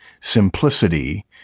simplicity